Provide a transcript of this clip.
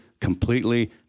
completely